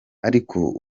ariko